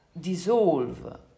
dissolve